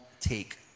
take